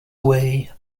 away